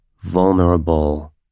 vulnerable